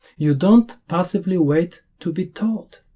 you don't passively wait to be taught